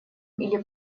или